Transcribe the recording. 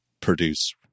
produce